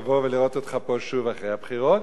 לבוא ולראות אותך פה שוב אחרי הבחירות,